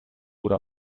oder